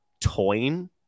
toying